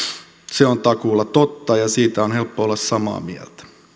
se on takuulla totta ja siitä on helppo olla samaa mieltä